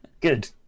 Good